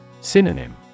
Synonym